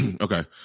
Okay